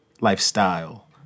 lifestyle